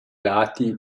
lati